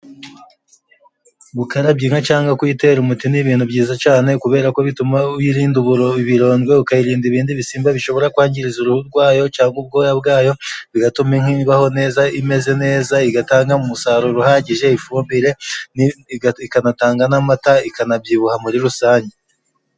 Gukarabya inka cyangwa kuyitera umuti ni ibintu byiza cane, kubera ko bituma wirinda ibirondwe. Ukayirinda ibindi bisimba bishobora kwangiza uruhu rwayo, cyangwa ubwoya bwayo bigatuma inka ibaho neza imeze neza, igatanga umusaruro uhagije, ifumbire ikanatanga n'amata, ikanabyibuha muri rusange.